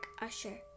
Usher